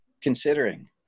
considering